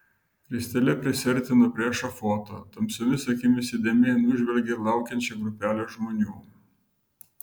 ristele prisiartino prie ešafoto tamsiomis akimis įdėmiai nužvelgė laukiančią grupelę žmonių